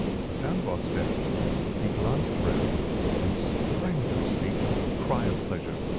at the sound of our steps he glanced round and sprang to his feet with a cry of pleasure.